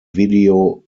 video